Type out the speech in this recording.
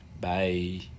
Bye